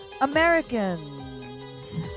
Americans